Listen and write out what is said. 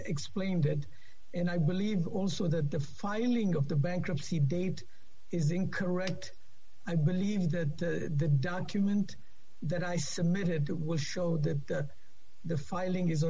explained it and i believe also that the filing of the bankruptcy date is incorrect i believe that the document that i submitted to will show that the filing is